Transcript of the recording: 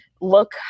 look